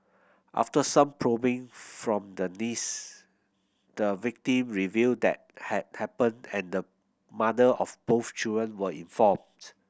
after some probing from the niece the victim revealed that had happened and the mother of both children were informed